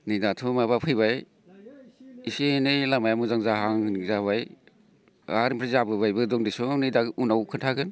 नै दाथ' माबा फैबाय एसे एनै लामाया मोजां जाहां जाबाय आर जबोबायबो दं दिसं नै दा उनाव खोनथागोन